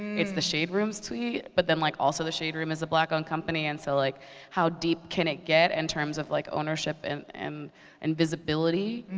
it's the shade room's tweet, but then, like also, the shade room is a black-owned company. and so like how deep can it get in terms of like ownership and and and visibility?